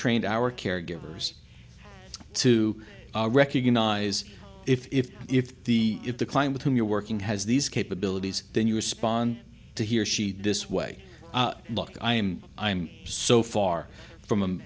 trained our caregivers to recognize if if the if the client with whom you're working has these capabilities then you respond to here she this way look i'm i'm so far from